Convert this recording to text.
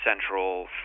central